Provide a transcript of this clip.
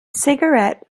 cigarette